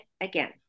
again